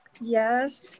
Yes